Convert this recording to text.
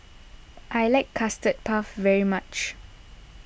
I like Custard Puff very much